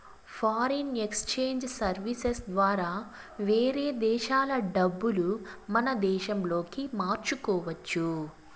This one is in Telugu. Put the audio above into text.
ఫారిన్ ఎక్సేంజ్ సర్వీసెస్ ద్వారా వేరే దేశాల డబ్బులు మన దేశంలోకి మార్చుకోవచ్చు